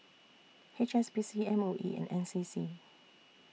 H S B C M O E and N C C